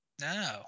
No